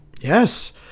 yes